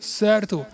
certo